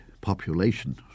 population